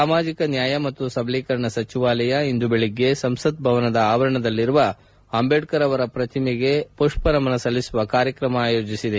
ಸಾಮಾಜಿಕ ನ್ಯಾಯ ಮತ್ತು ಸಬಲೀಕರಣ ಸಚಿವಾಲಯ ಇಂದು ಬೆಳಗ್ಗೆ ಸಂಸತ್ ಭವನದ ಆವರಣದಲ್ಲಿರುವ ಅಂಬೇಡ್ಕರ್ ಅವರ ಪ್ರತಿಮೆ ಮಷ್ಷನಮನ ಸಲ್ಲಿಸುವ ಕಾರ್ಯಕ್ರಮವನ್ನು ಆಯೋಜಿಸಿದೆ